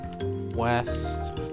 West